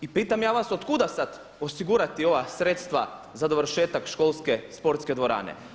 I pitam ja vas otkuda sada osigurati ova sredstva za dovršetak školske, sportske dvorane.